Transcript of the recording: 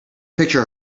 picture